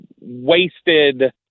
wasted